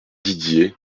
didier